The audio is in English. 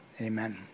Amen